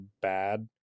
bad